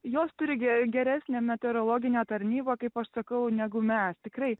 jos turi ge geresnę meteorologinę tarnybą kaip aš sakau negu mes tikrai